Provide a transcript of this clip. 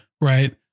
Right